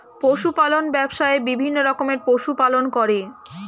পশু পালন ব্যবসায়ে বিভিন্ন রকমের পশু পালন করে